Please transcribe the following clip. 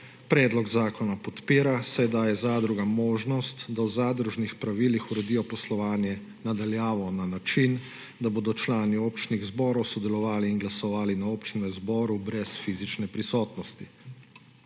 predlog zakona podpira, saj daje zadrugam možnost, da v zadružnih pravilih uredijo poslovanje na daljavo na način, da bodo člani občnih zborov sodelovali in glasovali na občnem zboru brez fizične prisotnosti.